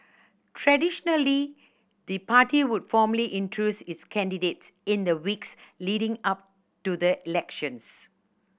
traditionally the party would formally introduce its candidates in the weeks leading up to the elections